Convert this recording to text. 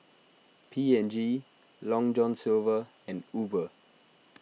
P and G Long John Silver and Uber